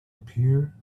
appear